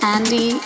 Andy